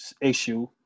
issue